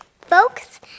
folks